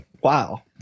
wow